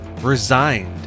resigned